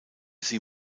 sie